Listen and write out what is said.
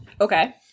Okay